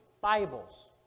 Bibles